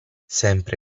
sempre